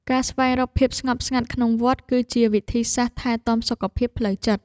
ការស្វែងរកភាពស្ងប់ស្ងាត់ក្នុងវត្ត គឺជាវិធីសាស្ត្រថែទាំសុខភាពផ្លូវចិត្ត។